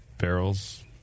barrels